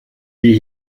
wie